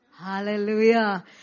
Hallelujah